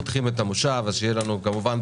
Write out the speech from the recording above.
אנחנו פותחים את המושב, אז שיהיה לנו בהצלחה.